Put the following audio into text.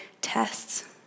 tests